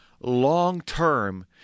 long-term